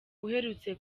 uherutse